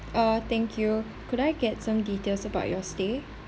uh thank you could I get some details about your stay